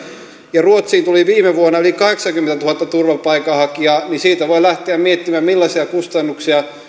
kun ruotsiin tuli viime vuonna yli kahdeksankymmentätuhatta turvapaikanhakijaa niin siitä voi lähteä miettimään millaisia kustannuksia siitä